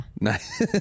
nice